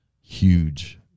Huge